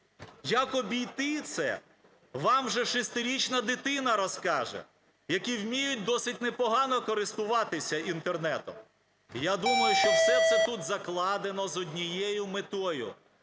Як обійти це, вам вже 6-річна дитина розкаже, які вміють досить непогано користуватися Інтернетом. Я думаю, що все це тут закладено з однією метою –